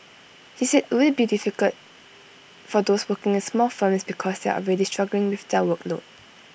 he said IT would be difficult for those working in small firms because they are already struggling with their workload